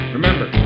Remember